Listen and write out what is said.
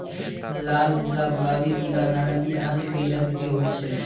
लाल, उजला, गुलाबी, पीला, नारंगी आदि कई रंग के होय छै